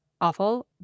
awful